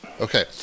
Okay